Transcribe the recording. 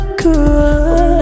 good